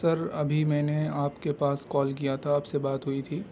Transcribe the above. سر ابھی میں نے آپ کے پاس کال کیا تھا آپ سے بات ہوئی تھی